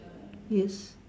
yes